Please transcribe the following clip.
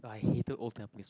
I hated old Tampines